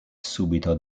subito